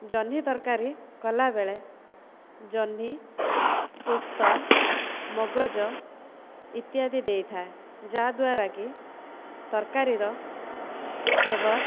ଜହ୍ନି ତରକାରୀ କଲାବେଳେ ଜହ୍ନି ପୋସ୍ତ ମଗଜ ଇତ୍ୟାଦି ଦେଇଥାଏ ଯାହାଦ୍ଵାରା କି ତରକାରୀର ଫେବର